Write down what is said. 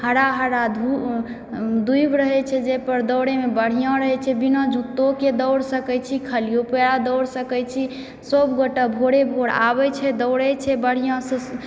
हरा हरा दूबि रहैत छै जाहिपर दौड़यमऽ बढ़िआँ रहैत छै बिना जूत्तोके दौड़ सकैत छी खालिओ पयर दौड़ सकैत छी सभगोटे भोरे भोर आबय छै दौड़य छै बढ़िआँसँ